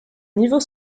niveau